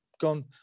gone